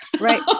Right